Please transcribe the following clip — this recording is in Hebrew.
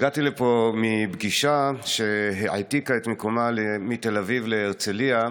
הגעתי לפה מפגישה שהעתיקה את מקומה מתל אביב להרצליה,